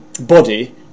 body